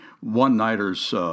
one-nighters